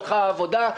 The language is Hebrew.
הלכה העבודה,